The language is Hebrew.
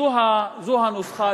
זו הנוסחה,